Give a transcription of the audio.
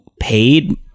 paid